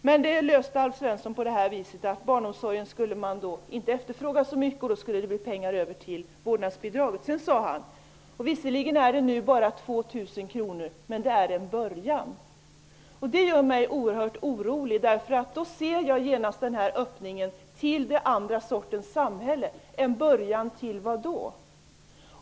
Men Alf Svensson löste det hela genom att säga att barnomsorgen inte kommer att efterfrågas så mycket, och att det då blir pengar över till vårdnadsbidraget. Vidare har han sagt: Visserligen är det nu bara 2 000 kr, men det är en början. Detta gör mig oerhört orolig. Jag ser genast här en öppning till den andra sortens samhälle. Alf Svensson talar om en början -- en början till vad?